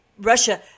Russia